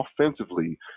offensively